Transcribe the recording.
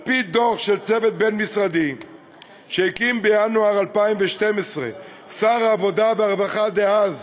על-פי דוח של צוות בין-משרדי שהקים בינואר 2012 שר העבודה והרווחה דאז